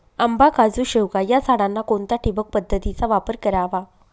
आंबा, काजू, शेवगा या झाडांना कोणत्या ठिबक पद्धतीचा वापर करावा?